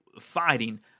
fighting